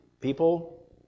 people